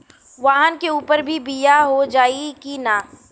वाहन के ऊपर भी बीमा हो जाई की ना?